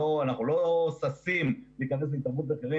אנחנו לא ששים להתערב התערבות מחירים